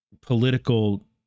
political